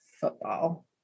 football